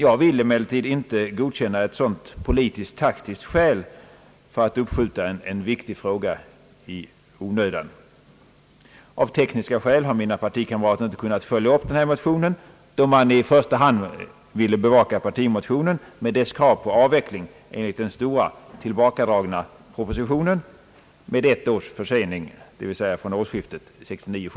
Jag vill emellertid inte godkänna ett sådant politiskt taktiskt skäl för att i onödan uppskjuta en viktig ekonomisk fråga. Av tekniska skäl har mina partikamrater inte kunnat följa upp denna motion, då man i första hand önskat bevaka partimotionen med dess krav på avveckling, enligt den proposition som återkallades, med ett års försening, dvs. från årsskiftet 1969/70.